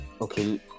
okay